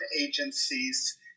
agencies